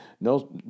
No